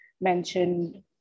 mentioned